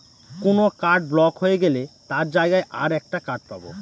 কোন card block হয়ে গেলে তার জায়গায় আর একটা কার্ড পাবো